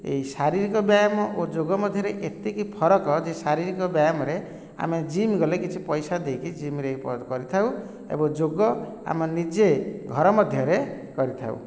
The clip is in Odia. ଏହି ଶାରୀରିକ ବ୍ୟାୟାମ ଓ ଯୋଗ ମଧ୍ୟରେ ଏତିକି ଫରକ ଯେ ଶାରୀରିକ ବ୍ୟାୟାମରେ ଆମେ ଜିମ୍ ଗଲେ କିଛି ପଇସା ଦେଇକି ଜିମ୍ରେ କକରିଥାଉ ଏବଂ ଯୋଗ ଆମ ନିଜେ ଘର ମଧ୍ୟରେ କରିଥାଉ